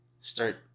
start